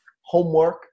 homework